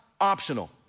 optional